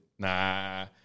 Nah